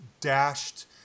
dashed